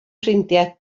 ffrindiau